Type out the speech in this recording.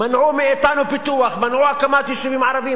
מנעו מאתנו פיתוח, מנעו הקמת יישובים ערביים.